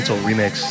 Remix